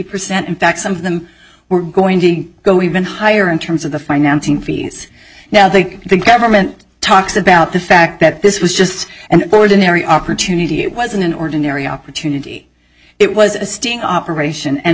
percent in fact some of them were going to go even higher in terms of the financing fees now the government talks about the fact that this was just an ordinary opportunity it wasn't an ordinary opportunity it was a sting operation and